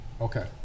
Okay